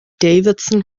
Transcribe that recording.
davidson